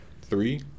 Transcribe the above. Three